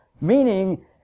meaning